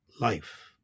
life